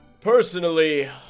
Personally